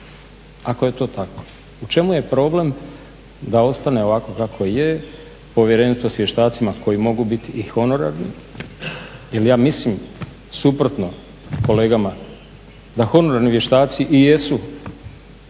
ako je to tako? U čemu je problem da ostane ovako kako je, povjerenstvo s vještacima koji mogu biti i honorarni, jer ja mislim suprotno kolegama da honorarni vještaci i jesu